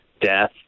death